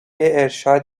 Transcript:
ارشاد